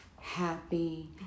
happy